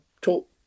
talk